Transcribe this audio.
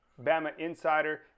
BamaInsider